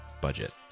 budget